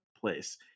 place